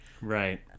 Right